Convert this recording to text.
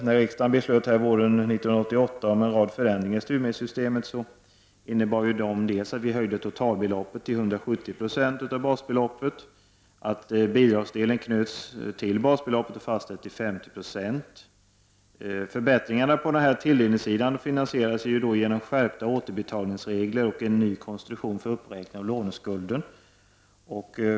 När riksdagen våren 1988 beslutade om en rad förändringar i studiemedelssystemet, innebar det dels att vi höjde totalbeloppet till 170 9o av basbeloppet, dels att bidragsdelen knöts till basbeloppet och fastställdes till 50 20 av detsamma. Förbättringarna på tilldelningssidan finansierades genom skärpta återbetalningsregler och en ny konstruktion för uppräkning av låneskulden.